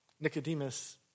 Nicodemus